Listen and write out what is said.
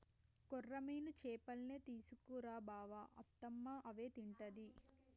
కొర్రమీను చేపల్నే తీసుకు రా బావ అత్తమ్మ అవే తింటది